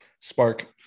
spark